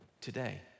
today